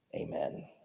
amen